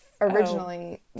Originally